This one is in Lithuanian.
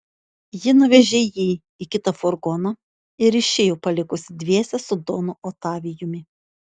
ji nuvežė jį į kitą furgoną ir išėjo palikusi dviese su donu otavijumi